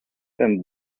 and